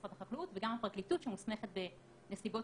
משרד החקלאות וגם הפרקליטות שמוסמכת בנסיבות